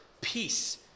peace